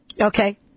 Okay